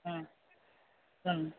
ம் ம்